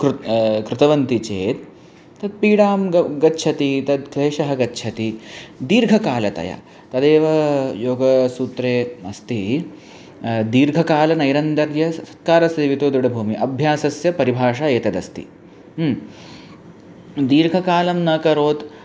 कृत्वा कृतवन्तः चेत् तत् पीडा ग गच्छति तत् क्लेशः गच्छति दीर्घकालतया तदेव योगसूत्रे अस्ति दीर्घकालनैरन्तर्यसत्कारासेवितो दृढभूमिः अभ्यासस्य परिभाषा एतदस्ति हि दीर्घकालं न करोति